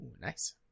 nice